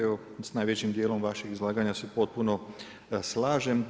Evo s najvećim dijelom vaših izlaganja se potpuno slažem.